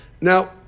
now